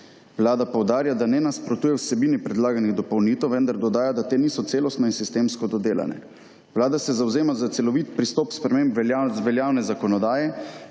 Vlada poudarja, da ne nasprotuje vsebini predlaganih dopolnitev, vendar dodaja, da te niso celostno in sistemsko dodelane. Vlada se zavzema za celovit pristop sprememb veljavne zakonodaje,